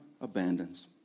abandons